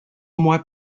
mois